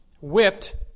whipped